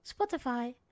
Spotify